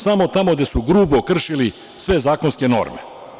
Samo tamo gde su grubo kršili sve zakonske norme.